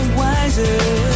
wiser